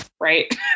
Right